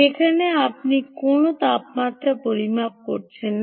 এখানে আপনি কোনও তাপমাত্রা পরিমাপ করছেন না